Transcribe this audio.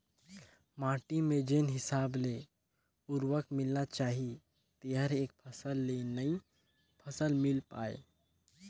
माटी में जेन हिसाब ले उरवरक मिलना चाहीए तेहर एक फसल ले नई फसल मिल पाय